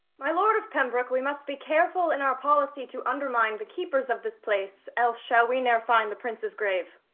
my lord of pembroke, we must be careful in our policy to undermine the but keepers of this place, else shall we never find the prince's grave.